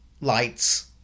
lights